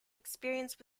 experience